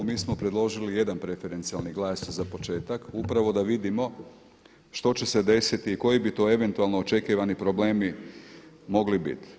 Mi smo predložili jedan preferencijalni glas za početak upravo da vidimo što će se desiti i koji bi to eventualno očekivani problemi mogli biti.